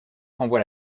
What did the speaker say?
renvoie